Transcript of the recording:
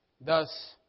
thus